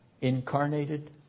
incarnated